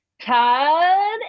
Todd